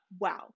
Wow